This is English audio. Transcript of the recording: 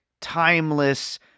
timeless